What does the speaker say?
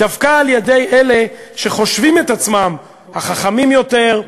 דווקא על-ידי אלה שחושבים את עצמם החכמים יותר,